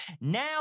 Now